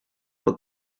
but